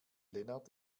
lennart